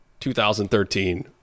2013